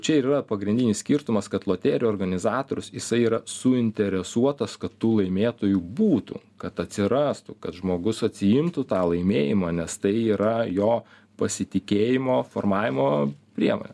čia ir yra pagrindinis skirtumas kad loterijų organizatorius jisai yra suinteresuotas kad tų laimėtojų būtų kad atsirastų kad žmogus atsiimtų tą laimėjimą nes tai yra jo pasitikėjimo formavimo priemonė